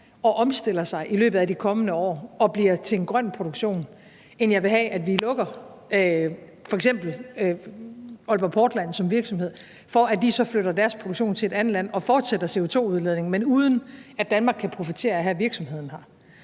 og omstiller sig i løbet af de kommende år og bliver til en grøn produktion, end jeg vil have, at vi lukker f.eks. Aalborg Portland som virksomhed, for at de så flytter deres produktion til et andet land og fortsætter CO2-udledningen, men uden at Danmark kan profitere af at have virksomheden her.